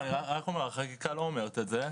לא, אני רק אומר - החקיקה לא אומרת את זה.